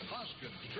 Hoskins